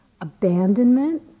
abandonment